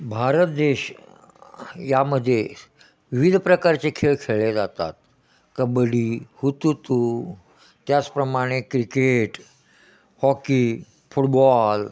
भारत देश यामध्ये विविध प्रकारचे खेळ खेळले जातात कबड्डी हुतुतू त्याचप्रमाणे क्रिकेट हॉकी फुटबॉल